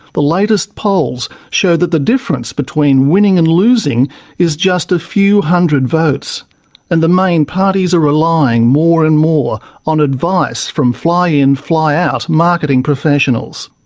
the latest polls show that the difference between winning and losing is just a few hundred votes and the main parties are relying more and more on advice from fly-in fly-out marketing professionals.